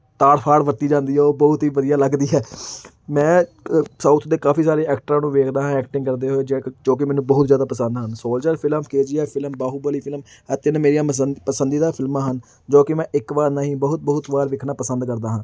ਤਾੜ ਫਾੜ ਵਰਤੀ ਜਾਂਦੀ ਆ ਉਹ ਬਹੁਤ ਹੀ ਵਧੀਆ ਲੱਗਦੀ ਹੈ ਮੈਂ ਅ ਸਾਊਥ ਦੇ ਕਾਫੀ ਸਾਰੇ ਐਕਟਰਾਂ ਨੂੰ ਵੇਖਦਾ ਹਾਂ ਐਕਟਿੰਗ ਕਰਦੇ ਹੋਏ ਜੇਕ ਜੋ ਕਿ ਮੈਨੂੰ ਬਹੁਤ ਜ਼ਿਆਦਾ ਪਸੰਦ ਹਨ soldier film K G F film Baahubali film ਇਹ ਤਿੰਨ ਮੇਰੀਆਂ ਮਸੰਦ ਪਸੰਦੀਦਾ ਫਿਲਮਾਂ ਹਨ ਜੋ ਕਿ ਮੈਂ ਇੱਕ ਵਾਰ ਨਾ ਹੀ ਬਹੁਤ ਬਹੁਤ ਵਾਰ ਦੇਖਣਾ ਪਸੰਦ ਕਰਦਾ ਹਾਂ